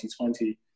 2020